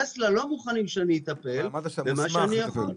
טסלה לא מוכנים שאני אטפל במה שאני יכול.